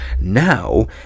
Now